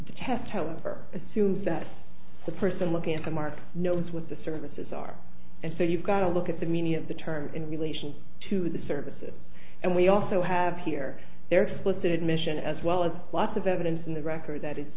detest however assumes that the person looking at the market knows with the services are and so you've got to look at the meaning of the term in relation to the services and we also have here there are explicit admission as well as lots of evidence in the record that it's